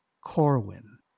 Corwin